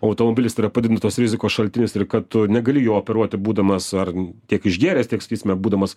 automobilis yra padidintos rizikos šaltinis ir kad tu negali juo operuoti būdamas ar tiek išgėręs tiek sakysime būdamas